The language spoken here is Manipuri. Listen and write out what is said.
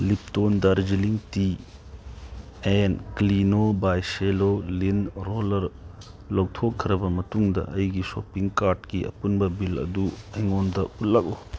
Lipton Darjeeling tea and Kleeno by Cello lint roller ꯂꯧꯊꯣꯛꯈ꯭ꯔꯕ ꯃꯇꯨꯡꯗ ꯑꯩꯒꯤ ꯁꯣꯞꯄꯤꯡ ꯀꯥꯔꯠꯀꯤ ꯑꯄꯨꯟꯕ ꯕꯤꯜ ꯑꯗꯨ ꯑꯩꯉꯣꯟꯗ ꯎꯠꯂꯛꯎ